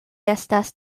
estas